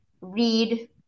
read